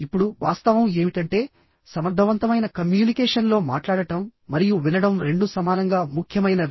ఇప్పుడు వాస్తవం ఏమిటంటే సమర్థవంతమైన కమ్యూనికేషన్లో మాట్లాడటం మరియు వినడం రెండూ సమానంగా ముఖ్యమైనవి